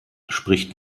spricht